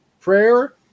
Prayer